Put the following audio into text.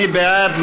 מי בעד?